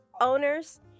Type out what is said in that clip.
owners